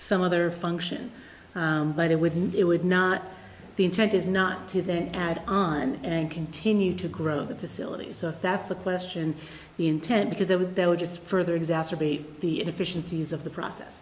some other function but it would need it would not the intent is not to then add on and continue to grow the facilities that's the question the intent because that would that would just further exacerbate the inefficiencies of the process